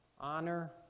honor